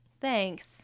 thanks